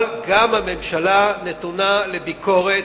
אבל גם הממשלה נתונה לביקורת,